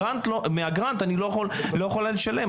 מהגרנט אני לא יכולה לשלם.